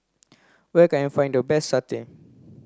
where can I find the best satay